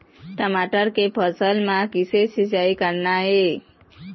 टमाटर के फसल म किसे सिचाई करना ये?